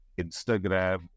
Instagram